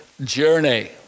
journey